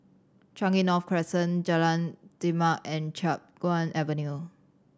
Changi North Crescent Jalan Demak and Chiap Guan Avenue